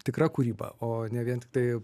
tikra kūryba o ne vien tiktai